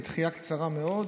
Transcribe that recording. לדחייה קצרה מאוד